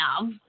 love